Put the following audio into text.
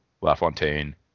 Lafontaine